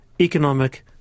economic